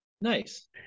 Nice